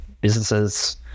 businesses